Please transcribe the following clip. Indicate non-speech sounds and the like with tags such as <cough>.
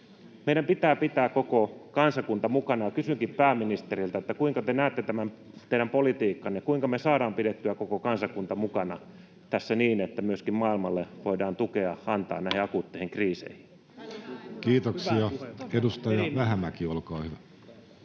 Meidän pitää pitää koko kansakunta mukana, ja kysynkin pääministeriltä: kuinka te näette tämän teidän politiikkanne, kuinka me saadaan pidettyä koko kansakunta mukana tässä niin, että myöskin maailmalle voidaan antaa tukea <noise> näihin akuutteihin kriiseihin? [Speech 85] Speaker: Jussi Halla-aho